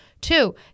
two